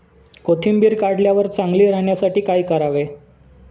कोथिंबीर काढल्यावर चांगली राहण्यासाठी काय करावे?